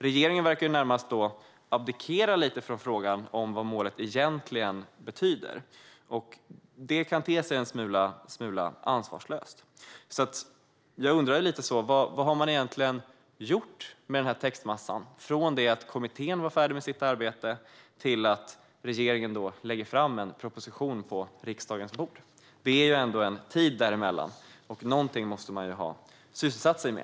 Regeringen verkar närmast abdikera lite från frågan om vad målet betyder, vilket kan te sig en smula ansvarslöst. Jag undrar därför: Vad har man egentligen gjort med textmassan från det att kommittén är färdig med sitt arbete till att regeringen lägger fram en proposition på riksdagens bord? Det är ändå en tid däremellan, och något måste man ju ha sysselsatt sig med.